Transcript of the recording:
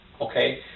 okay